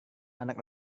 anak